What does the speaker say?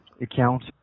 Account